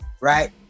Right